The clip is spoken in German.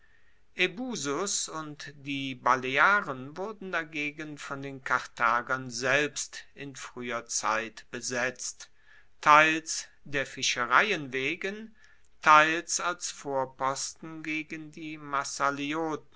und die balearen wurden dagegen von den karthagern selbst in frueher zeit besetzt teils der fischereien wegen teils als vorposten gegen die